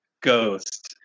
ghost